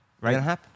right